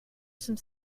some